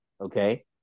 Okay